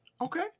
Okay